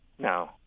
No